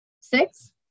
Six